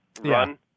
Run